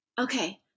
Okay